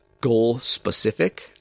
goal-specific